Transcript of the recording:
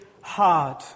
hard